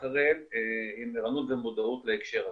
אחריהם עם ערנות ומודעות להקשר הזה.